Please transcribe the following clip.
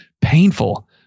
painful